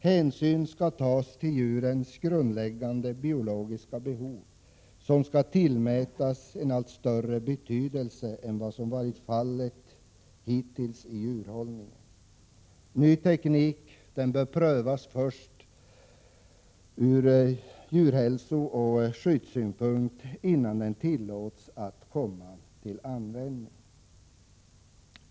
Hänsyn skall tas till djurens grundläggande biologiska behov, som skall tillmätas större betydelse än vad som varit fallet hittills i djurhållningen. Ny teknik bör prövas först ur djurhälsooch skyddssynpunkt innan den tillåts att komma till användning.